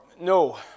no